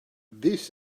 this